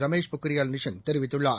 ரமேஷ் பொக்ரியால் நிஷாங்க் தெரிவித்துள்ளார்